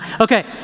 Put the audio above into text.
Okay